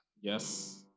Yes